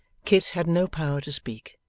kit had no power to speak.